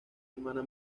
hermana